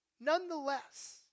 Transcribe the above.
Nonetheless